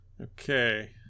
Okay